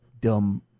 dumb